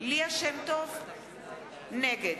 נגד